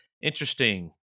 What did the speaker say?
interesting